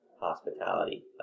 Hospitality